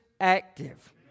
active